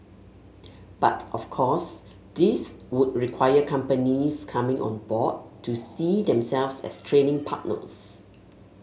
but of course this would require companies coming on board to see themselves as training partners